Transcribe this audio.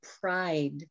pride